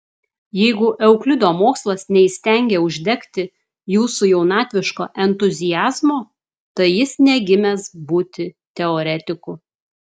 jeigu euklido mokslas neįstengė uždegti jūsų jaunatviško entuziazmo tai jis negimęs būti teoretiku